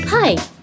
Hi